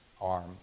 arm